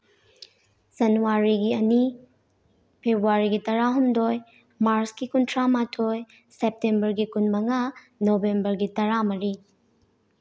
ꯖꯟꯋꯥꯔꯤꯒꯤ ꯑꯅꯤ ꯐꯦꯕ꯭ꯋꯥꯔꯤꯒꯤ ꯇꯔꯥꯍꯨꯝꯗꯣꯏ ꯃꯥꯔꯁꯀꯤ ꯀꯨꯟꯊ꯭ꯔꯥꯃꯥꯊꯣꯏ ꯁꯦꯞꯇꯦꯝꯕꯔꯒꯤ ꯀꯨꯟꯃꯉꯥ ꯅꯣꯕꯦꯝꯕꯔꯒꯤ ꯇꯔꯥꯃꯔꯤ